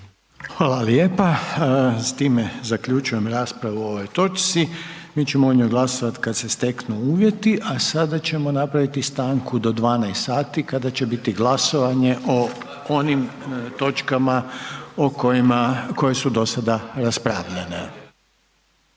Hvala lijepa. S time zaključujem raspravu o ovoj točci, mi ćemo o njoj glasovat kada se steknu uvjeti. A sada ćemo napraviti stanku do 12 sati kada će biti glasovanje o onim točkama koje su do sada raspravljene.